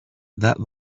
that